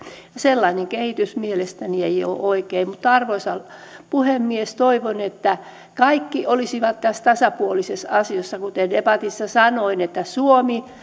sellainen kehitys mielestäni ei ole oikein mutta arvoisa puhemies toivon että kaikki olisivat tässä tasapuolisessa asemassa kuten debatissa sanoin suomi